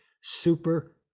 super